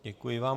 Děkuji vám.